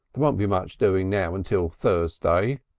there won't be much doing now until thursday. ii